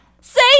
say